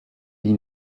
dit